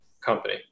company